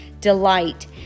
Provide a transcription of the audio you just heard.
delight